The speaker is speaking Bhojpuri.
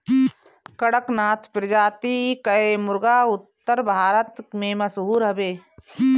कड़कनाथ प्रजाति कअ मुर्गा उत्तर भारत में मशहूर हवे